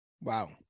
wow